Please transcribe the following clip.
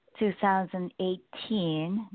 2018